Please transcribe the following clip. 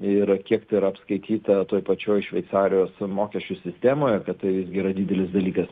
ir kiek tai yra apskaityta toj pačioj šveicarijos mokesčių sistemoje kad tai irgi yra didelis dalykas